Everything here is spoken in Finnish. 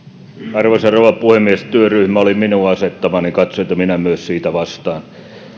arvoisa rouva puhemies työryhmä oli minun asettamani katson että minä myös vastaan siitä